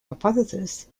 hypothesis